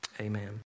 amen